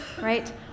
right